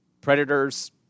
Predators